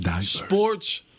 sports –